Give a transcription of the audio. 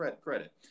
credit